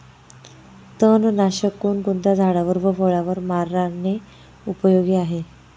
तणनाशक कोणकोणत्या झाडावर व फळावर मारणे उपयोगी आहे?